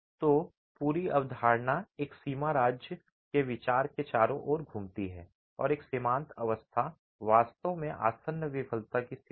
तो पूरी अवधारणा एक सीमा राज्य के विचार के चारों ओर घूमती है और एक सीमांत अवस्था वास्तव में आसन्न विफलता की स्थिति है